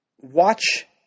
watch –